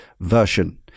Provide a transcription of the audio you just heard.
version